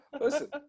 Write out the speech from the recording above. Listen